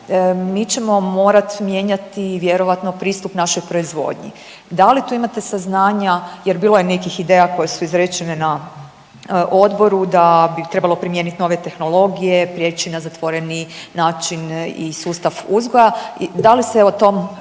mi ćemo morat mijenjati vjerojatno pristup našoj proizvodnji. Da li to imate saznanja jer bilo je nekih ideja koje su izrečene na odboru da bi trebalo primijeniti nove tehnologije, prijeći na zatvoreni način i sustav uzgoja i da li se o tom